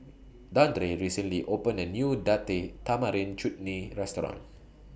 Dandre recently opened A New Date Tamarind Chutney Restaurant